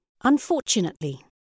unfortunately